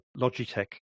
Logitech